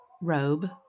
robe